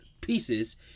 pieces